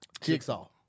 Jigsaw